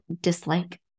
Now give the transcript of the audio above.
dislike